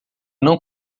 não